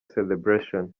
celebration